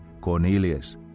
Cornelius